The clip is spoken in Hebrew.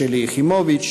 שלי יחימוביץ,